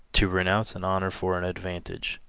to renounce an honor for an advantage.